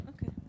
Okay